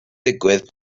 digwydd